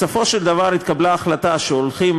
בסופו של דבר התקבלה החלטה שהולכים